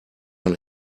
man